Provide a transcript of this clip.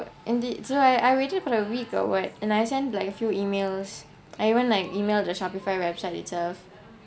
and the~ so I I waited for a week or what and I sent like a few emails I went like email the shopify website itself